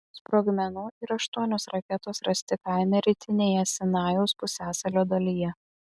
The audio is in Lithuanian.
sprogmenų ir aštuonios raketos rasti kaime rytinėje sinajaus pusiasalio dalyje